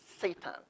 Satan